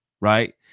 right